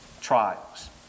trials